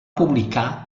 publicar